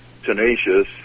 Tenacious